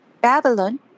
Babylon